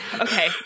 Okay